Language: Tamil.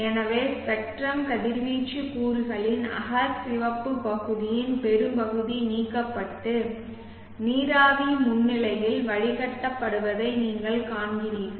எனவே ஸ்பெக்ட்ரம் கதிர்வீச்சு கூறுகளின் அகச்சிவப்பு பகுதியின் பெரும்பகுதி நீக்கப்பட்டு நீராவி முன்னிலையில் வடிகட்டப்படுவதை நீங்கள் காண்கிறீர்கள்